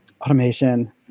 Automation